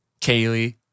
Kaylee